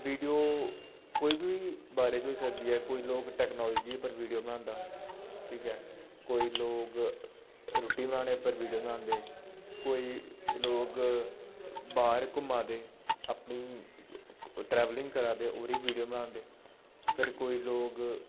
video कोई बी बारे च होई सकदी ऐ कोई लोग टैक्नोलोजी उप्पर वीडियो बनांदा ठीक ऐ कोई लोक रुट्टी बनाने दे उप्पर वीडियो बनांदे कोई लोक बाहिर घुम्मा दे अपनी ट्रैवलिंग करै दे ओह्दी वीडियो बनांदे फिर कोई लोक